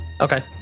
Okay